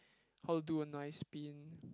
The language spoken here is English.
how to do a nice spin